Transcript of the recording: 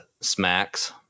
Smacks